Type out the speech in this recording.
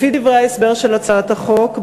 לפי דברי ההסבר של הצעת החוק,